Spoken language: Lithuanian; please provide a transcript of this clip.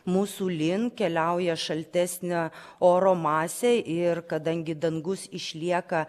mūsų link keliauja šaltesnio oro masė ir kadangi dangus išlieka